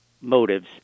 motives